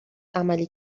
عملی